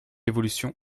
évolution